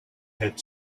had